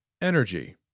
Energy